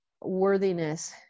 worthiness